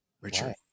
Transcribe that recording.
Richard